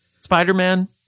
spider-man